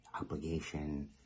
obligation